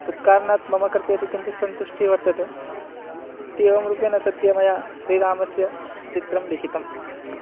तत्कारणात् मम कृते अपि किञ्चित् सन्तुष्टिः वर्तते इत्येवं रूपेण सद्यः मया श्रीरामस्य चित्रं लिखितम्